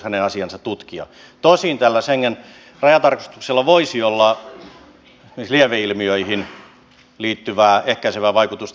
tosin tällä schengen rajatarkastuksella voisi olla esimerkiksi lieveilmiöihin liittyvää ehkäisevää vaikutusta